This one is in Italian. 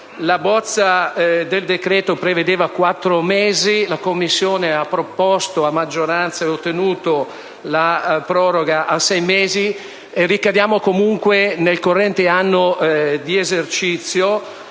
La bozza del decreto-legge prevedeva il termine di quattro mesi, mentre la Commissione ha proposto a maggioranza ed ottenuto la proroga a sei mesi. Ricadiamo, comunque, nel corrente anno di esercizio